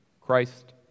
Christ